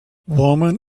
woman